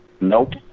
Nope